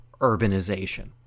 urbanization